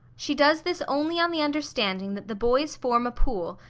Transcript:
she does this only on the understanding that the boys form a pool,